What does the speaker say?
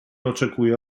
oczekuje